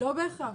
לא בהכרח.